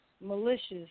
malicious